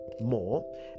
more